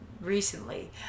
recently